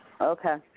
Okay